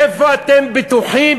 איפה אתם בטוחים,